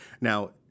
Now